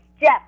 Jeff